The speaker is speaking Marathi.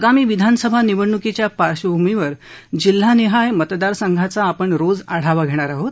आगामी विधानसभा निवडणुकीच्या पार्श्वभूमीवर जिल्हानिहाय मतदार संघांचा आपण रोज आढावा घेणार आहोत